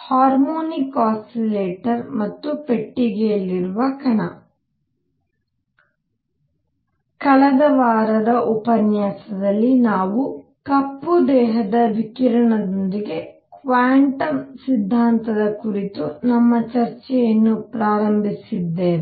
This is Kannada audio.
ಹಾರ್ಮೋನಿಕ್ ಆಸಿಲೆಟರ್ ಮತ್ತು ಪೆಟ್ಟಿಗೆಯಲ್ಲಿರುವ ಕಣ ಕಳೆದ ವಾರದ ಉಪನ್ಯಾಸದಲ್ಲಿ ನಾವು ಕಪ್ಪು ದೇಹದ ವಿಕಿರಣದೊಂದಿಗೆ ಕ್ವಾಂಟಮ್ ಸಿದ್ಧಾಂತದ ಕುರಿತು ನಮ್ಮ ಚರ್ಚೆಯನ್ನು ಪ್ರಾರಂಭಿಸಿದ್ದೇವೆ